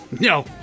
No